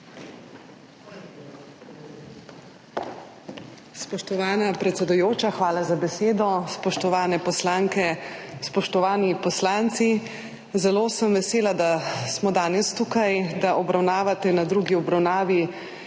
hvala za besedo.